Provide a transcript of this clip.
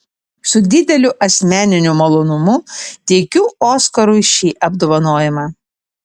su dideliu asmeniniu malonumu teikiu oskarui šį apdovanojimą